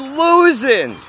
losing